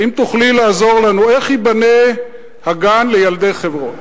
האם תוכלי לעזור לנו, איך ייבנה הגן לילדי חברון?